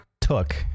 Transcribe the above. took